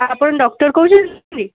ଆପଣ ଡକ୍ଟର୍ କହୁଛନ୍ତି